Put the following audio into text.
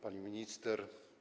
Pani Minister!